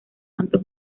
tanto